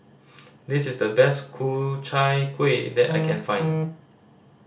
this is the best Ku Chai Kuih that I can find